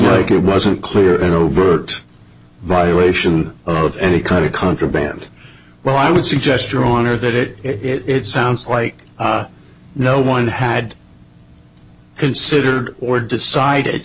like it wasn't clear in overt violation of any kind of contraband well i would suggest or on or that it it sounds like no one had considered or decided